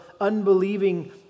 unbelieving